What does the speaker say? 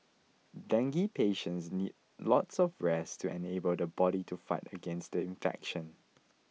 dengue patients need lots of rest to enable the body to fight against the infection